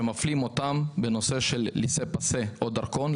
שמפלים אותם בנושא של לסה-פסה או דרכון.